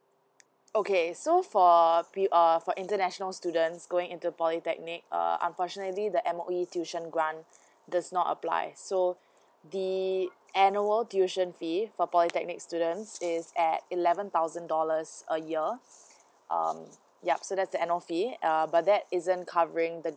okay so for be~ err for international students going into polytechnic uh unfortunately the M_O_E tuition grant does not applies so the annual tuition fee for polytechnic students is at eleven thousand dollars a year um yup so that's the annual fee uh but that isn't covering the